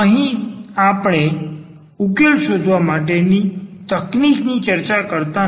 અહીં આપણે ઉકેલ શોધવા માટેની તકનીકની ચર્ચા નથી કરતા